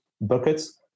buckets